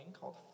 called